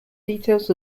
details